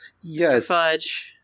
Yes